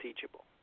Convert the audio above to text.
teachable